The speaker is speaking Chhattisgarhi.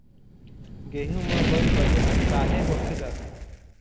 गेहूं म बंद बनेच काहे होथे जाथे?